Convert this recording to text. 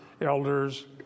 elders